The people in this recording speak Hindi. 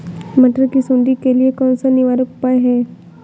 मटर की सुंडी के लिए कौन सा निवारक उपाय है?